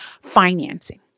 financing